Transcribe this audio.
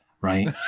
right